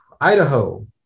Idaho